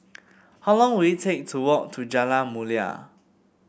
how long will it take to walk to Jalan Mulia